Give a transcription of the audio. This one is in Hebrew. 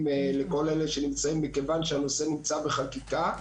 לכל אלה שנמצאים מכיוון שהנושא נמצא בחקיקה.